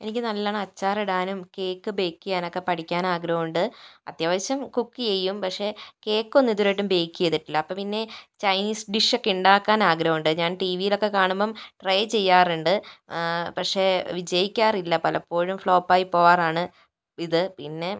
എനിക്ക് നല്ലവണ്ണം അച്ചാറിടാനും കേക്ക് ബേക്ക് ചെയ്യാനൊക്കെ പഠിക്കാൻ ആഗ്രഹമുണ്ട് അത്യാവശ്യം കുക്ക് ചെയ്യും പക്ഷേ കേക്കൊന്നും ഇതുവരെ ആയിട്ടും ബേക്ക് ചെയ്തിട്ടില്ല അപ്പോൾ പിന്നെ ചൈനീസ് ഡിഷ്ഷൊക്കെ ഉണ്ടാക്കാൻ ആഗ്രഹമുണ്ട് ഞാൻ ടി വിയിലൊക്കെ കാണുമ്പം ട്രൈ ചെയ്യാറുണ്ട് പക്ഷേ വിജയിക്കാറില്ല പലപ്പോഴും ഫ്ലോപ്പായി പോകാറാണ് ഇത് പിന്നെ